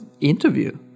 interview